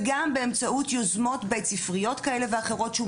וגם באמצעות יוזמות בית ספריות כאלה ואחרות.